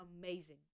amazing